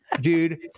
Dude